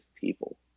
people